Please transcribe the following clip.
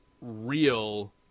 real